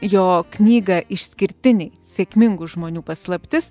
jo knygą išskirtiniai sėkmingų žmonių paslaptis